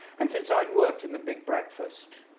and since i'd worked in the big breakfast,